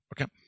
okay